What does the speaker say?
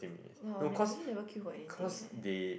!wow! ne~ really never queue for anything eh